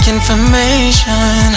information